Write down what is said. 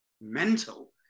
mental